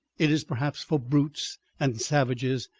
it is perhaps for brutes and savages,